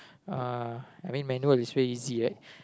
uh I mean manual is very easy right